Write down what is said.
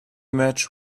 match